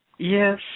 Yes